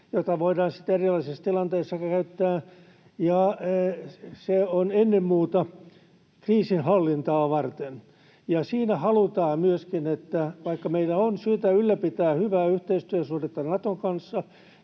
jota voidaan sitten erilaisissa tilanteissa käyttää, ja se on ennen muuta kriisinhallintaa varten. Siinä halutaan myöskin, että vaikka meillä on syytä ylläpitää hyvää yhteistyösuhdetta Naton kanssa,